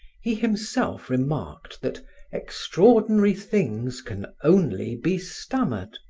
he himself remarked that extraordinary things can only be stammered,